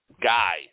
guy